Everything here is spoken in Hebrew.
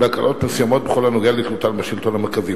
בהקלות מסוימות בכל הנוגע לתלותן בשלטון המרכזי.